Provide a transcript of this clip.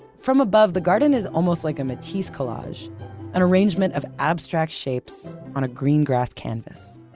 from above, the garden is almost like a matisse collage an arrangement of abstract shapes on a green grass canvas.